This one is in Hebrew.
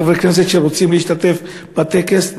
חברי כנסת שרוצים להשתתף בטקס,